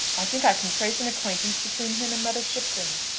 i think i can trace an acquaintance between him and mother shipton.